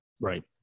Right